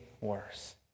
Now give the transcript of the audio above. worse